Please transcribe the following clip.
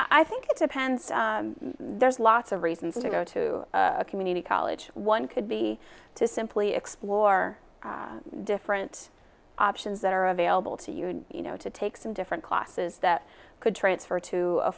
i think it depends there's lots of reasons to go to a community college one could be to simply explore different options that are available to you you know to take some different classes that could transfer to a